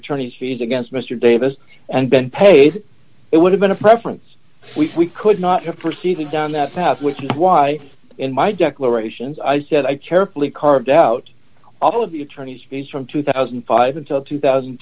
attorney fees against mr davis and been paid it would have been a preference we could not have perceiving down that path which is why in my declarations i said i carefully carved out all of the attorney's fees from two thousand and five until two thousand and